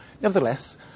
Nevertheless